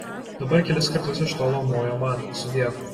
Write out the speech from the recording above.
dabar kelis kartus iš tolo moja man sudiev